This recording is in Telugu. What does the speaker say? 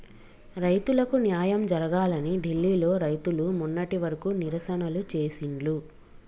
రైతులకు న్యాయం జరగాలని ఢిల్లీ లో రైతులు మొన్నటి వరకు నిరసనలు చేసిండ్లు